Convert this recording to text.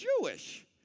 Jewish